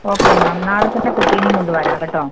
okay ma'am നാളെ തന്നെ കുട്ടീനേം കൊണ്ട് വരാം കേട്ടോ